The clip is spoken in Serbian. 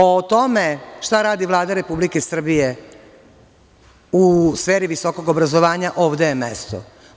O tome šta radi Vlada Republike Srbije u sferi visokog obrazovanja ovde je mesto.